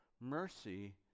mercy